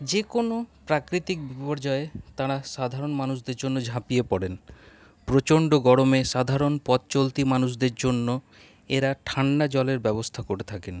যেকোনো প্রাকৃতিক বিপর্যয়ে তারা সাধারণ মানুষদের জন্য ঝাঁপিয়ে পড়েন প্রচণ্ড গরমে সাধারণ পথ চলতি মানুষদের জন্য এরা ঠান্ডা জলের ব্যবস্থা করে থাকেন